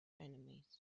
enemies